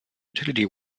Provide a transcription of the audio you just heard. utility